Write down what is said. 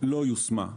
לא יושמה,